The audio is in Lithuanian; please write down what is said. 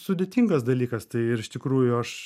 sudėtingas dalykas tai ir iš tikrųjų aš